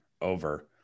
Over